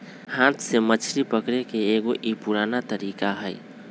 हाथ से मछरी पकड़े के एगो ई पुरान तरीका हई